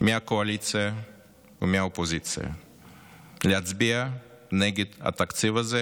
מהקואליציה ומהאופוזיציה להצביע נגד התקציב הזה